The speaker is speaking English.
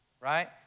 right